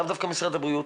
לאו דווקא משרד הבריאות,